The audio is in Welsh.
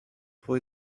pwy